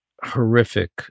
Horrific